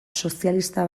sozialista